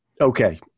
Okay